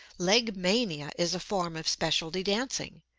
legmania is a form of specialty dancing.